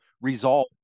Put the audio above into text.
resolve